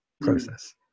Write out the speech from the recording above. process